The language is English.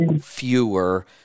fewer